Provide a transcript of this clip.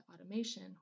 automation